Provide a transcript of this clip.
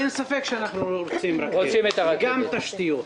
אין ספק שאנחנו רוצים רכבת, ובכלל תשתיות.